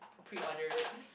pre-order it